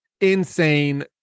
insane